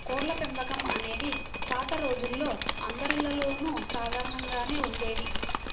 కోళ్ళపెంపకం అనేది పాత రోజుల్లో అందరిల్లల్లోనూ సాధారణంగానే ఉండేది